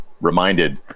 reminded